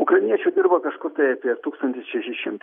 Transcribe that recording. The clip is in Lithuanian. ukrainiečių dirba kažkur tai apie tūkstantį šeši šimtai